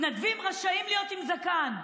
רשאים להיות עם זקן.